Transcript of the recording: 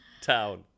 town